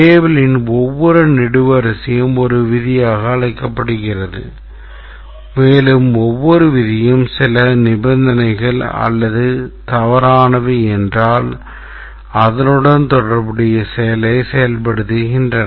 Tableயின் ஒவ்வொரு நெடுவரிசையும் ஒரு விதியாக அழைக்கப்படுகிறது மேலும் ஒவ்வொரு விதியும் சில நிபந்தனைகள் உண்மை அல்லது தவறானவை என்றால் அதனுடன் தொடர்புடைய செயலைச் செயல்படுத்துகின்றன